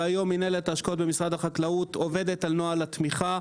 והיום מנהלת ההשקעות במשרד החקלאות עובדת על נוהל התמיכה.